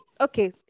okay